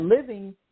living